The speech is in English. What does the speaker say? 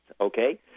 okay